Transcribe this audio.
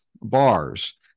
bars